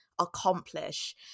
accomplish